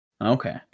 Okay